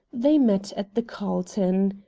they met at the carlton.